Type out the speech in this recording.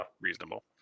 reasonable